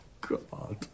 God